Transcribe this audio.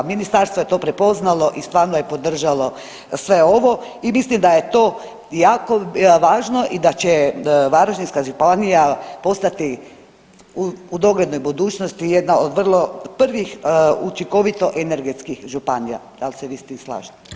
Ministarstvo je to prepoznalo i stvarno je podržalo sve ovo i mislim da je to jako važno i da će Varaždinska županija postati u doglednoj budućnosti jedna od vrlo prvih učinkovito energetskih županija, da li se vi s tim slažete?